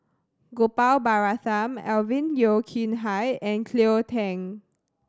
Gopal Baratham Alvin Yeo Khirn Hai and Cleo Thang